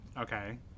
okay